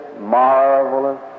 marvelous